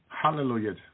Hallelujah